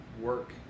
work